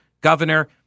governor